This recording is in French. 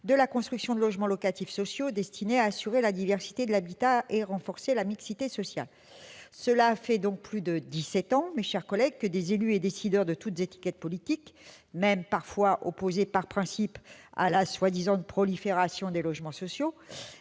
de la construction de logements locatifs sociaux destinés à assurer la diversité de l'habitat et à renforcer la mixité sociale. Cela fait donc plus de dix-sept ans, mes chers collègues, que des élus et décideurs de toutes appartenances politiques, même parfois opposés par principe à la prétendue « prolifération » des logements sociaux,